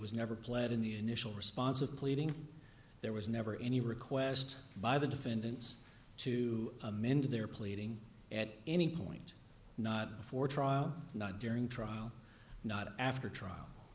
was never played in the initial response of pleading there was never any request by the defendants to amend their pleading at any point not for trial not during trial not after trial